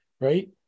right